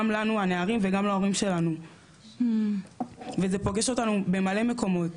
גם לנו הנערים וגם להורים שלנו וזה פוגש אותנו במלא מקומות,